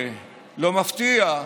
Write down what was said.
כן, באופן לא מפתיע.